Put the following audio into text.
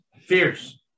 fierce